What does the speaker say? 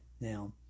Now